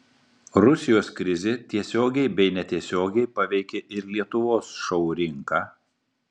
rusijos krizė tiesiogiai bei netiesiogiai paveikė ir lietuvos šou rinką